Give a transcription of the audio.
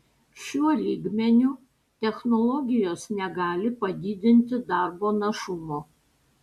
šiuo lygmeniu technologijos negali padidinti darbo našumo